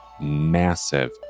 massive